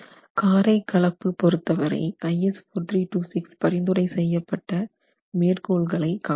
காரை கலப்பு பொறுத்தவரை IS 4326 பரிந்துரை செய்யப்பட்ட மேற்கோள்களை காணலாம்